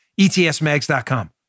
ETSMAGS.com